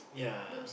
ya